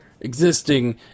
existing